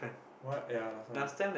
what ya last time